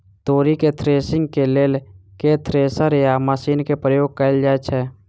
तोरी केँ थ्रेसरिंग केँ लेल केँ थ्रेसर या मशीन केँ प्रयोग कैल जाएँ छैय?